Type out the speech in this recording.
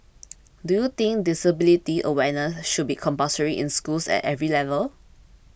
do you think disability awareness should be compulsory in schools at every level